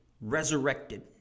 resurrected